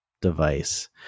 device